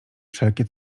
wszelkie